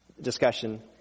discussion